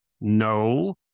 No